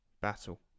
battle